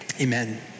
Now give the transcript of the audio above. Amen